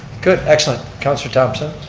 good excellent, councilor thomson.